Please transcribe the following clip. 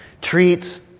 treats